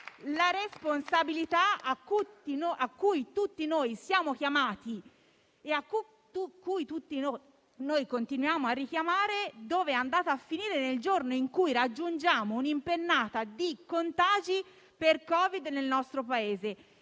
la responsabilità a cui tutti siamo chiamati e che tutti noi continuiamo a richiamare; dov'è andata a finire nel giorno in cui raggiungiamo un'impennata di contagi per Covid nel nostro Paese?